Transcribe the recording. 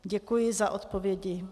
Děkuji za odpovědi.